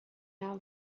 out